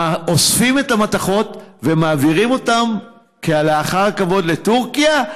אוספים את המתכות ומעבירים אותן כלאחר כבוד לטורקיה,